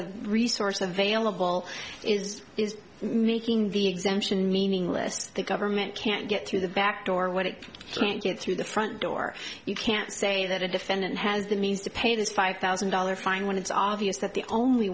a resource available is is making the exemption meaningless the government can't get to the back door when it can't get through the front door you can't say that a defendant has the means to pay his five thousand dollars fine when it's obvious that the only